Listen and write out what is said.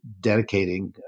dedicating